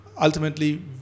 ultimately